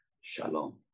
Shalom